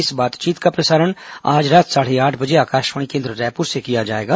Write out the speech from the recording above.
इस बातचीत का प्रसारण आज रात साढ़े आठ बजे आकाशवाणी केन्द्र रायपुर से किया जाएगा